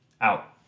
Out